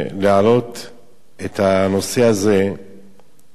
את הנושא הזה כדי לברר אותו עד תום.